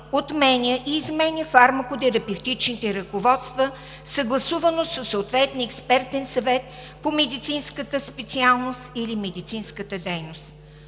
отменя и изменя фармакотерапевтичните ръководства, съгласувано със съответния експертен съвет по медицинската специалност или медицинската дейност.